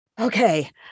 Okay